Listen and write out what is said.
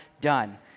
done